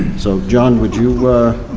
so john, would you